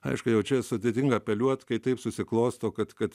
aišku jau čia sudėtinga apeliuot kai taip susiklosto kad kad